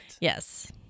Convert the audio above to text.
Yes